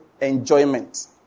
enjoyment